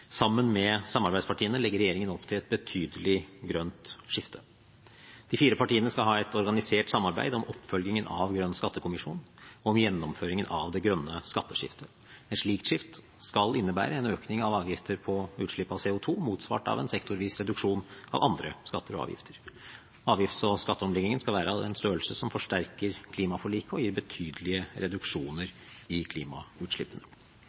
Sammen med samarbeidspartiene legger regjeringen opp til et betydelig grønt skifte. De fire partiene skal ha et organisert samarbeid om oppfølgingen av Grønn skattekommisjon og om gjennomføringen av det grønne skatteskiftet. Et slikt skifte skal innebære en økning av avgifter på utslipp av CO2, motsvart av en sektorvis reduksjon av andre skatter og avgifter. Avgifts- og skatteomleggingen skal være av en størrelse som forsterker klimaforliket og gir betydelige reduksjoner i klimautslippene.